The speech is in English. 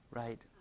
right